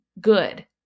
good